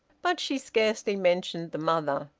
but she scarcely mentioned the mother,